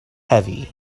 heavy